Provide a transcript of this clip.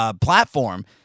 platform